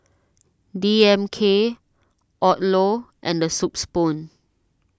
D M K Odlo and the Soup Spoon